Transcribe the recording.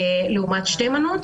לעומת שתי מנות.